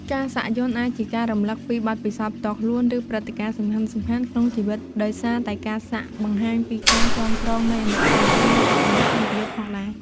ការសាក់យ័ន្តអាចជាការរំលឹកពីបទពិសោធន៍ផ្ទាល់ខ្លួន ឬព្រឹត្តិការណ៍សំខាន់ៗក្នុងជីវិត ដោយសារតែការសាក់បង្ហាញពីការចងក្រងនៃអនុស្សាវរីយ៍ និងអត្ថន័យក្នុងជីវិតផងដែរ។